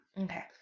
Okay